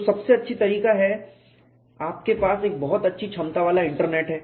तो सबसे अच्छा तरीका है आपके पास बहुत अच्छी क्षमता वाला इंटरनेट है